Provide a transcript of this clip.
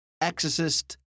Exorcist